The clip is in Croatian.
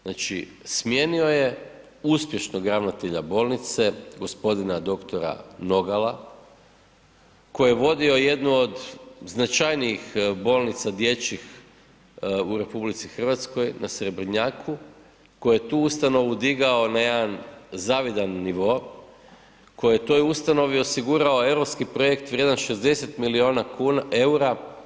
Znači smijenio je uspješnog ravnatelja bolnice g. dr. Nogala koji je vodio jednu od značajnijih bolnica dječjih u RH na Srebrnjaku, koji je tu ustanovu digao na jedan zavidan nivo, koji je toj ustanovi osigurao europski projekt vrijedan 60 milijuna eura.